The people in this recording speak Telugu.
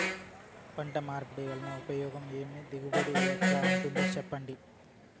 పంట మార్పిడి వల్ల ఉపయోగం ఏమి దిగుబడి ఎట్లా ఉంటుందో చెప్పండి?